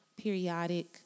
periodic